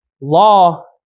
law